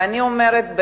ואני אומרת,